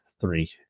three